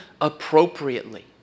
appropriately